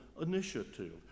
initiative